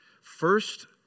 first